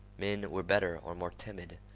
men were better, or more timid.